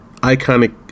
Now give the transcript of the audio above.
iconic